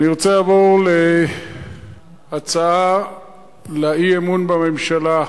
אני רוצה לעבור להצעת האי-אמון בממשלה.